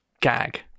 gag